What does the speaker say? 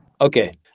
Okay